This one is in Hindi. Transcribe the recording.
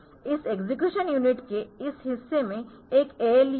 इस एक्सेक्यूशन यूनिट के इस हिस्से में एक ALU है